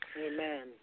Amen